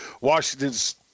washington's